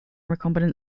recombinant